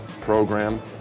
program